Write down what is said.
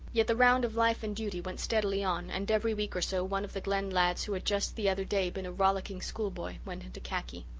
yet the round of life and duty went steadily on and every week or so one of the glen lads who had just the other day been a rollicking schoolboy went into khaki.